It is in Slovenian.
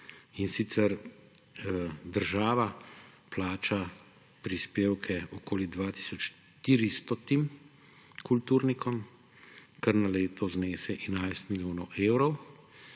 in sicer država plača prispevke okoli 2 tisoč 400 kulturnikom, kar na leto znese 11 milijonov evrov.